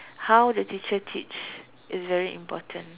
how the teacher teach is very important